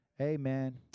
amen